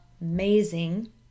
amazing